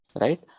right